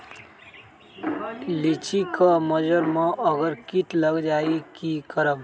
लिचि क मजर म अगर किट लग जाई त की करब?